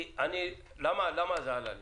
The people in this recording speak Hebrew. למה זה עלה לי?